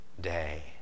day